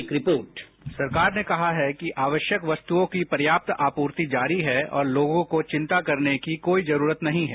एक report sound bite सरकार ने कहा है कि आवश्यक वस्तुओंकी पर्याप्त आपूर्ति जारी है और लोगों को चिंता करने की कोई जरूरत नहीं है